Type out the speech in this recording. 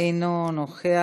אינו נוכח.